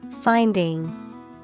Finding